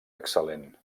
excel·lent